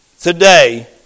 today